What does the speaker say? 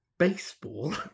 Baseball